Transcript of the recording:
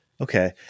Okay